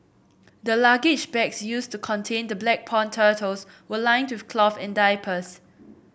the luggage bags used to contain the black pond turtles were lined with cloth and diapers